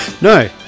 no